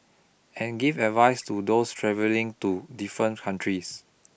and give advice to those travelling to different countries